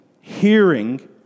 hearing